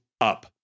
up